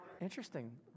Interesting